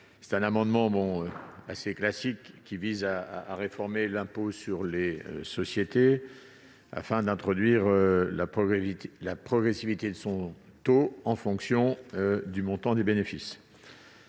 de M. Bocquet est assez classique ; il vise à réformer l'impôt sur les sociétés afin d'instaurer la progressivité de son taux en fonction du montant des bénéfices